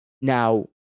Now